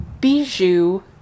Bijou